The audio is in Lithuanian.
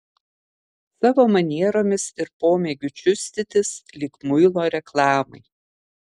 savo manieromis ir pomėgiu čiustytis lyg muilo reklamai